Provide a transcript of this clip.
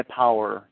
power